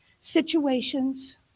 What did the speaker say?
situations